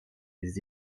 les